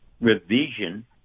revision